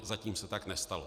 Zatím se tak nestalo.